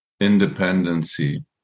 independency